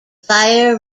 fire